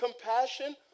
Compassion